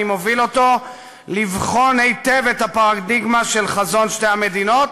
מוביל לבחון היטב את הפרדיגמה של חזון שתי המדינות